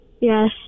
Yes